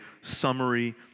summary